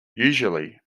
usually